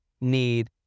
need